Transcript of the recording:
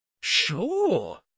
Sure